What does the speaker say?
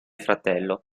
fratello